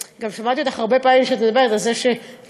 שמעתי אותך הרבה פעמים מדברת על זה שאנשים